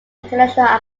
international